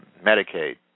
Medicaid